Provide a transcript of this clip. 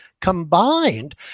combined